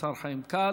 השר חיים כץ.